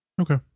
Okay